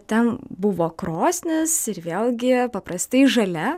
ten buvo krosnis ir vėlgi paprastai žalia